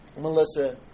Melissa